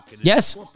Yes